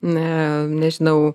na nežinau